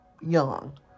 young